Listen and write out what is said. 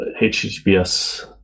HTTPS